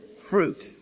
fruit